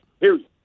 Period